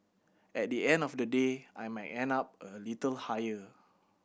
at the end of the day I might end up a little higher